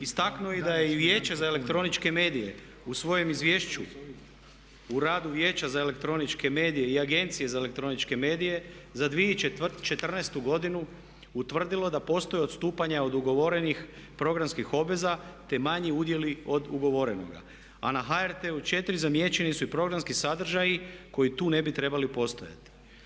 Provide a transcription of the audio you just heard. Istaknuo je i da je Vijeće za elektroničke medije u svojem Izvješću o radu Vijeća za elektroničke medije i Agencije za elektroničke medije za 2014. godinu utvrdilo da postoje odstupanja od ugovorenih programskih obveza te manji udjeli od ugovorenoga, a na HRT-u 4 zamijećeni su i programski sadržaji koji tu ne bi trebali postojati.